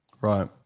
Right